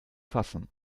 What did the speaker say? fassen